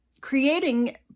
creating